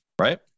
Right